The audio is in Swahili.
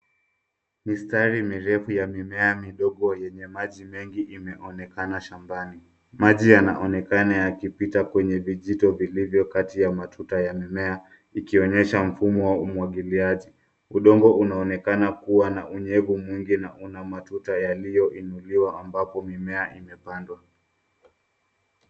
Mistari mirefu ya mimea midogo yenye maji mengi imeonekana shambani. Maji yanaonekana yakipita kwenye vijito vilivyo kati ya matuta ya mimea ikionyesha mfumo wa umwagiliaji. Udongo unaonekana kuwa na unyevu mwingi na una matuta yaliyoinuliwa ambapo mimea imepandwa.